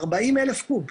40,000 קוב.